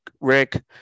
Rick